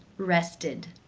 rested,